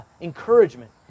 encouragement